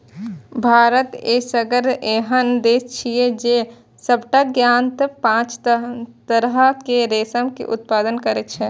भारत एसगर एहन देश छियै, जे सबटा ज्ञात पांच तरहक रेशम के उत्पादन करै छै